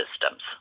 systems